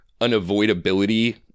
unavoidability